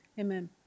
amen